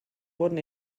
wurden